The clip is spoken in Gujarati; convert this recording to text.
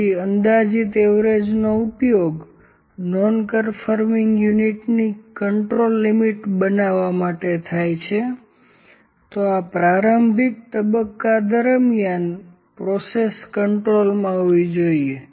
પછી અંદાજિત એવરેજનો ઉપયોગ નોન કન્ફોર્મિંગ યુનિટ ની કન્ટ્રોલ લિમિટ બનાવવા માટે થાય છે તો આ પ્રારંભિક તબક્કા દરમિયાન પ્રક્રિયા કન્ટ્રોલમાં હોવી જોઈએ